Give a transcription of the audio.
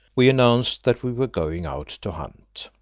we announced that we were going out to hunt.